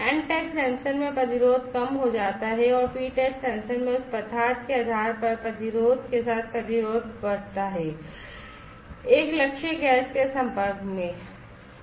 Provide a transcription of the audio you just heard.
n type sensor में प्रतिरोध कम हो जाता है और p type सेंसर में उस पदार्थ के आधार पर प्रतिरोध के साथ प्रतिरोध बढ़ता है एक लक्ष्य गैस के संपर्क में है